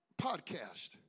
podcast